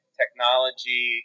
technology